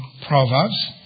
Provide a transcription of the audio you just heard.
Proverbs